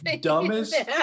dumbest